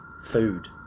food